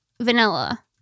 Vanilla